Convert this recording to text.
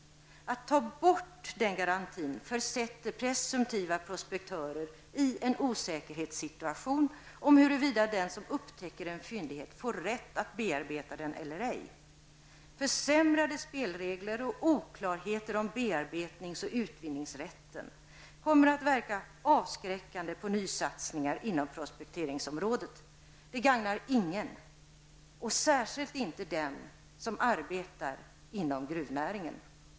Att ta bort den garantin försätter presumtiva prospektörer i en osäkerhetssituation om huruvida den som upptäcker en fyndighet får rätt att bearbeta den eller ej. Försämrade spelregler och oklarheter om bearbetnings och utvinningsrätten kommer att verka avskräckande på nysatsningar inom prospekteringsområdet. Detta gagnar ingen, och särskilt inte dem som arbetar inom gruvnäringen.